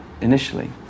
initially